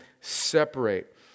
separate